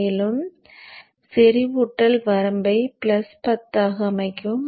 மேல் செறிவூட்டல் வரம்பை பிளஸ் 10 ஆக அமைக்கவும்